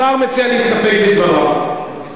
השר מציע להסתפק בדבריו.